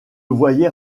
voyait